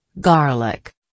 Garlic